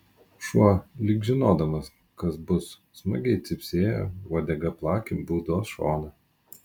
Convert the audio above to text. šuo lyg žinodamas kas bus smagiai cypsėjo uodega plakė būdos šoną